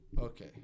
Okay